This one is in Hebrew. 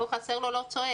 לא חסר לו, לא צועק.